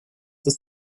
das